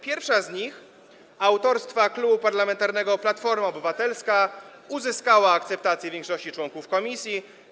Pierwsza z nich, autorstwa Klubu Parlamentarnego Platforma Obywatelska, uzyskała akceptację większości członków komisji.